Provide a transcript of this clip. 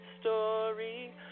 story